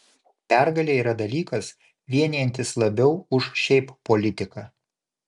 pergalė yra dalykas vienijantis labiau už šiaip politiką